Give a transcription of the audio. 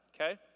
okay